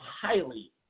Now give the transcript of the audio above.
highly